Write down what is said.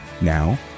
Now